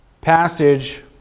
passage